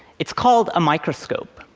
it's called a microscope.